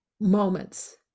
moments